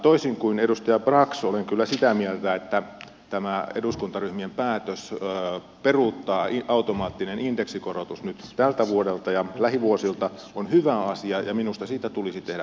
toisin kuin edustaja brax olen kyllä sitä mieltä että tämä eduskuntaryhmien päätös peruuttaa automaattinen indeksikorotus nyt tältä vuodelta ja lähivuosilta on hyvä asia ja minusta siitä tulisi tehdä pysyvä käytäntö